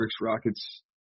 Rockets